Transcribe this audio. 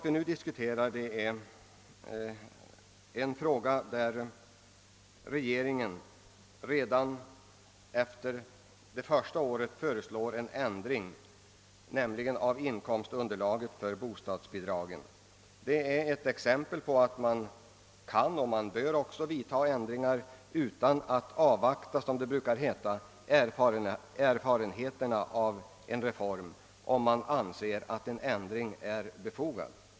Vi diskuterar nu en reform, som regeringen redan efter det första året föreslår en ändring av, nämligen beträffande inkomstunderlaget för bostadstilläggen. Detta är ett exempel på att man kan och bör vidtaga ändringar utan att avvakta erfarenheterna, om man anser att en ändring är befogad.